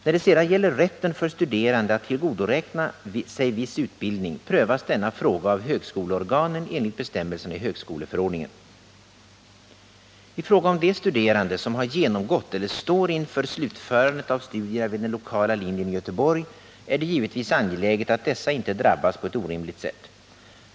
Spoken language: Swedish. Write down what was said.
När det sedan gäller rätten för studerande att tillgodoräkna sig viss utbildning prövas denna fråga av högskoleorganen enligt bestämmelserna i högskoleförordningen. I fråga om de studerande som har genomgätt eller står inför slutförandet av studierna vid den lokala linjen i Göteborg är det givetvis angeläget att dessa inte drabbas på ett orimligt sätt.